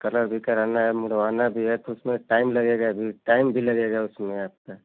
colour भी कराना है मुड़वाना भी है तो उसमें टाइम लगेगा अभी टाइम भी लगेगा उसमें आपका